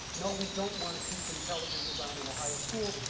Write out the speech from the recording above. no, we don't want to teach intelligent design in ohio schools,